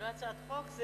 יש